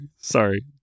sorry